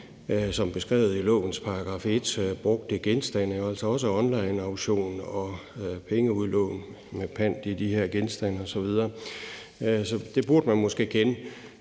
som beskrevet i lovens § 1, handel med brugte genstande og altså også onlineauktion og pengeudlån med pant i de her genstande osv. Så det burde man måske kende.